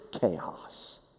chaos